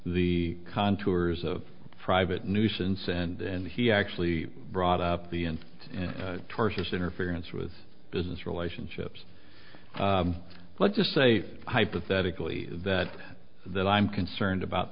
the contours of private nuisance and then he actually brought up the end tortious interference with business relationships let's just say hypothetically that that i'm concerned about